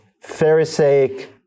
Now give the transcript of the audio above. Pharisaic